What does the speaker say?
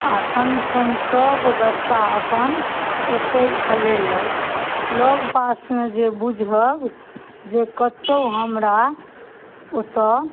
आ सङ्ग सङ्ग सभ बच्चा अपन ओतै खलेलैथ लगपासमे जे बुझब जे कतौ हमरा ओतऽ